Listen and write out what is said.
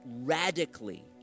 radically